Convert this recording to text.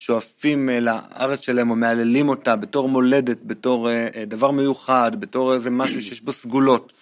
שואפים לארץ שלהם ומהללים אותה בתור מולדת, בתור דבר מיוחד, בתור איזה משהו שיש בו סגולות.